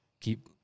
keep